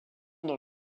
dans